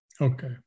Okay